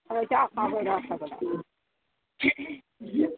जाफाबो जाफाबो